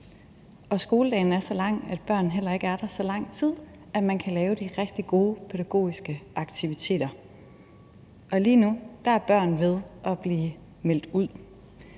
skoledagen er så lang, at børn heller ikke er der så lang tid, at man kan lave de rigtig gode pædagogiske aktiviteter, og lige nu er børn ved at blive meldt ud.